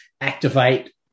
activate